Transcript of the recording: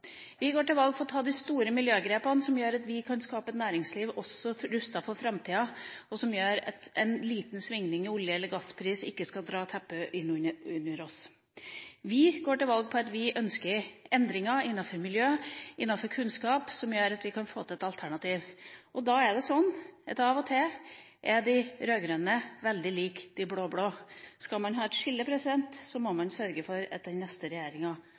Vi går til valg for å ta de store miljøgrepene som gjør at vi kan skape et næringsliv som også er rustet for framtida, og som gjør at en liten svingning i olje- eller gasspris ikke skal dra vekk teppet under oss. Vi går til valg på at vi ønsker endringer innenfor miljø og innenfor kunnskap, som gjør at vi kan få til et alternativ. Da er det sånn at av og til er de rød-grønne veldig lik de blå-blå. Skal man ha et skille, må man sørge for at den neste regjeringa